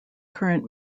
current